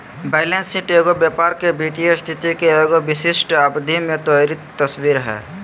balance sheet एगो व्यापार के वित्तीय स्थिति के एगो विशिष्ट अवधि में त्वरित तस्वीर हइ